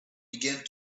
began